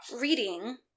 reading